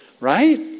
Right